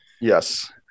yes